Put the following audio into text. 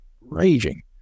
raging